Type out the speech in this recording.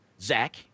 Zach